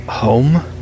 home